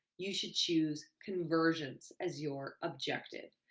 you should choose conversions as your objective.